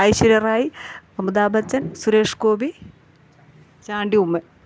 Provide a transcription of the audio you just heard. Aishwarya Rai Amitabh Bachchan Suresh Gopi Chandy Oommen